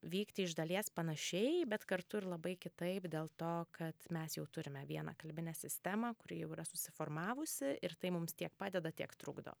vykti iš dalies panašiai bet kartu ir labai kitaip dėl to kad mes jau turime vieną kalbinę sistemą kuri jau yra susiformavusi ir tai mums tiek padeda tiek trukdo